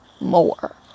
more